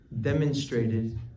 demonstrated